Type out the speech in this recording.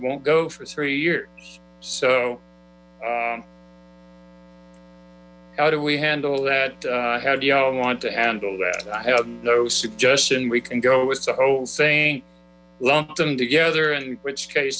won't go for three years so how do we handle that how do you all want to handle that i have no suggestion we can go with the whole saying lumped them together in which case